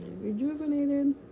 rejuvenated